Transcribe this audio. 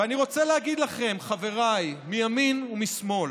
ואני רוצה להגיד לכם, חבריי מימין ומשמאל: